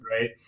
right